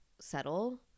settle